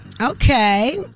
Okay